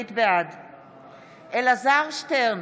בעד אלעזר שטרן,